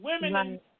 women